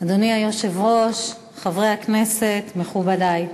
אדוני היושב-ראש, חברי הכנסת, מכובדי,